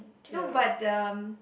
no but the